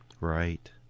Right